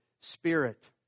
Spirit